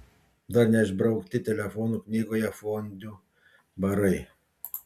dar neišbraukti telefonų knygoje fondiu barai